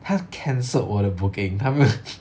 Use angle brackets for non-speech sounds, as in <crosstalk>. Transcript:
他 cancelled 我的 booking 他 <laughs>